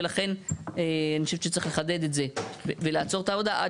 ולכן אני חושבת שצריך לחדד את זה ולעצור את העבודה עד